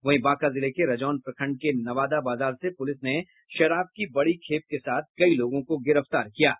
वहीं बांका जिले के रजौन प्रखंड के नवादा बाजार से पुलिस ने शराब की बड़ी खेप के साथ कई लोगों को गिरफ्तार किया है